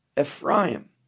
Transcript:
Ephraim